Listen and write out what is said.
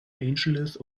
angeles